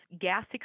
gas